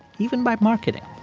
even by marketing.